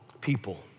people